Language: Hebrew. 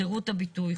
חרות הביטוי,